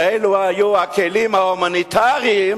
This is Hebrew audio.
כשאלה היו הכלים ההומניטריים